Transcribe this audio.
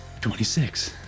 26